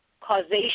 causation